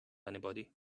anybody